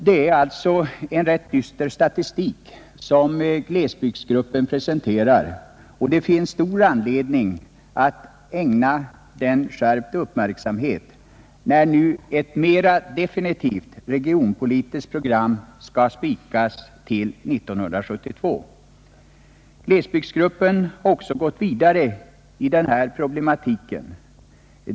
Det är alltså en rätt dyster statistik som glesbygdsgruppen presenterar och det finns stor anledning att ägna den skärpt uppmärksamhet när nu ett mera definitivt regionpolitiskt program skall spikas till 1972. Glesbygdsgruppen har också gått vidare i den här problematiken.